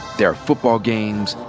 there are football games,